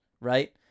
right